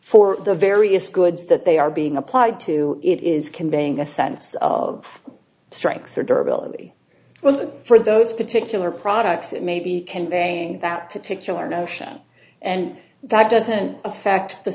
for the various goods that they are being applied to it is conveying a sense of strength or durability well for those particular products it may be conveying that particular notion and that doesn't affect the